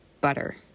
butter